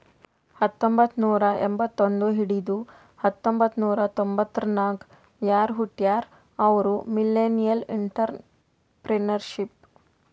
ಹತ್ತಂಬೊತ್ತ್ನೂರಾ ಎಂಬತ್ತೊಂದ್ ಹಿಡದು ಹತೊಂಬತ್ತ್ನೂರಾ ತೊಂಬತರ್ನಾಗ್ ಯಾರ್ ಹುಟ್ಯಾರ್ ಅವ್ರು ಮಿಲ್ಲೆನಿಯಲ್ಇಂಟರಪ್ರೆನರ್ಶಿಪ್